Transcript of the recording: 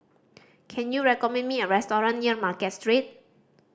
can you recommend me a restaurant near Market Street